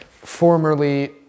formerly